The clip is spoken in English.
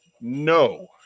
No